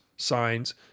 signs